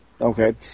Okay